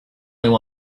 only